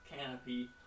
canopy